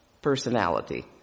personality